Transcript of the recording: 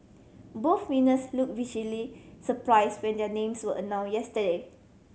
both winners look surprise when their names were announce yesterday